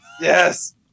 Yes